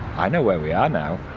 i know where we are now.